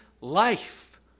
Life